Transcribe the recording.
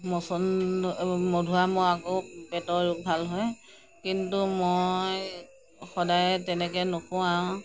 মচন মধুৰিআমৰ আগো পেটৰ ৰোগ ভাল হয় কিন্তু মই সদায় তেনেকৈ নুখুৱাওঁ